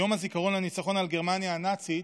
ביום הזיכרון לניצחון על גרמניה הנאצית,